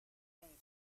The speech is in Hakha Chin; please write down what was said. ong